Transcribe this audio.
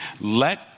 Let